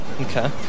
Okay